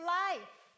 life